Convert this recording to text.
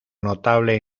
notable